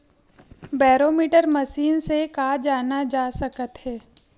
Barometer machine से का जाना जा सकत हे?